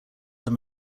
them